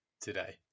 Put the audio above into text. today